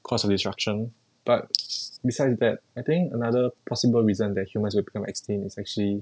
causes of destruction but besides that I think another possible reason that humans will become extinct is actually